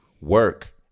work